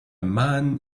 man